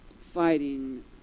fighting